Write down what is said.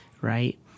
right